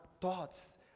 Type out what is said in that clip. thoughts